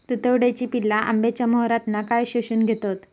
तुडतुड्याची पिल्ला आंब्याच्या मोहरातना काय शोशून घेतत?